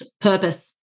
purpose